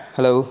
Hello